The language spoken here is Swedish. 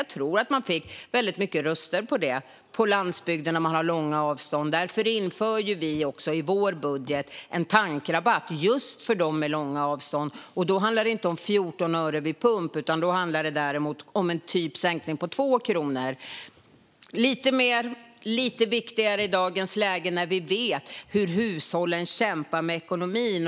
Jag tror att man på detta sätt fick väldigt många röster på landsbygden, där det är långa avstånd. Vi inför i vår budget en tankrabatt just för dem med långa avstånd. Då handlar det inte om 14 öre vid pump, utan då handlar det om en sänkning på typ 2 kronor. Det är lite mer, och det är lite viktigare i dagens läge när vi vet hur hushållen kämpar med ekonomin.